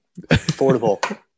affordable